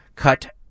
cut